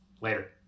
Later